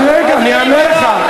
רק רגע, אני אענה לך.